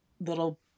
little